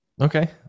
Okay